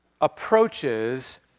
approaches